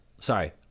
sorry